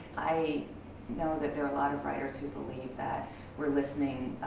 i know that there are a lot of writers who believe that we're listening,